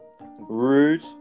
Rude